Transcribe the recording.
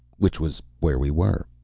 which was where we were.